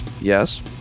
Yes